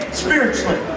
spiritually